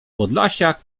podlasiak